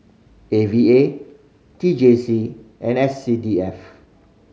A V A T J C and S C D F